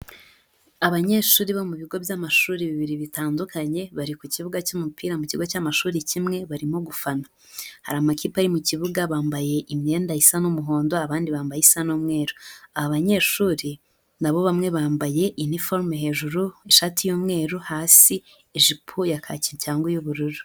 Abanyeshuri bo mu bigo by'amashuri bibiri bitandukanye, bari ku kibuga cy'umupira mu kigo cy'amashuri kimwe barimo gufana, hari amakipe ari mu kibuga bambaye imyenda isa n'umuhondo abandi bambaye isa n'umweru, aba banyeshuri nabo bamwe bambaye iniforume hejuru ishati y'umweru, hasi ijipo ya kacyi cyangwa y'ubururu.